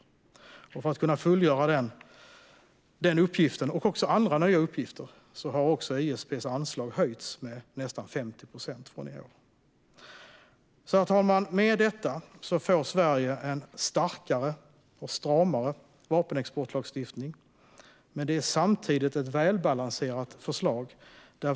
För att ISP ska kunna fullgöra den uppgiften och andra nya uppgifter har deras anslag också höjts med nästan 50 procent från i år. Herr talman! Med detta får Sverige en starkare och stramare vapenexportlagstiftning. Det är ett välbalanserat förslag.